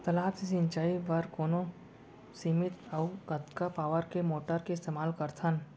तालाब से सिंचाई बर कोन सीमित अऊ कतका पावर के मोटर के इस्तेमाल करथन?